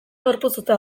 gorpuztuta